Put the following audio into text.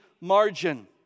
margin